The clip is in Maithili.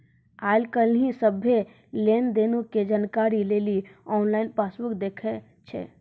आइ काल्हि सभ्भे लेन देनो के जानकारी लेली आनलाइन पासबुक देखै छै